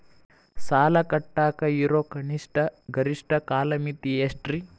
ಸಾಲ ಕಟ್ಟಾಕ ಇರೋ ಕನಿಷ್ಟ, ಗರಿಷ್ಠ ಕಾಲಮಿತಿ ಎಷ್ಟ್ರಿ?